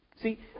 See